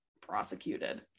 prosecuted